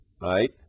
right